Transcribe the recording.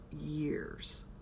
years